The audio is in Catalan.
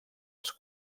els